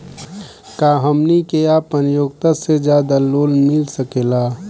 का हमनी के आपन योग्यता से ज्यादा लोन मिल सकेला?